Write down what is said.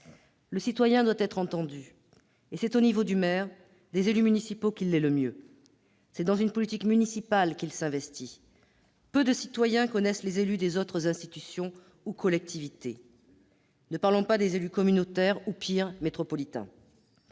Le citoyen doit être entendu. C'est par le maire et les élus municipaux qu'il l'est le mieux. C'est dans une politique municipale qu'il s'investit. Peu de citoyens connaissent les élus des autres institutions ou collectivités. Ne parlons pas des élus communautaires ou, pire, métropolitains.